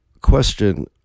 Question